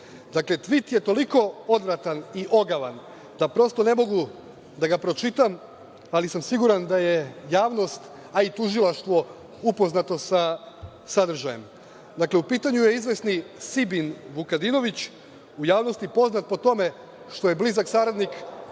tvit je toliko odvratan i ogavan da prosto ne mogu da ga pročitam, ali sam siguran da je javnost, a i Tužilaštvo upoznato sa sadržajem. U pitanju je izvesni Sibin Vukadinović, u javnosti poznat po tome što je blizak saradnik